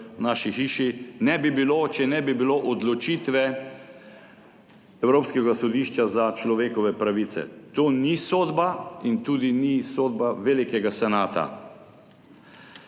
naši hiši, ne bi bilo, če ne bi bilo odločitve Evropskega sodišča za človekove pravice. To ni sodba in tudi ni sodba velikega senata.